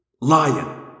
Lion